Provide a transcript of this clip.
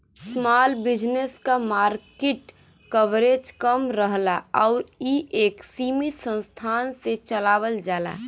small business क market coverage कम रहला आउर इ एक सीमित संसाधन से चलावल जाला